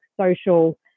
social